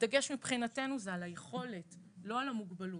הדגש מבחינתנו זה על היכולת ולא על המוגבלות.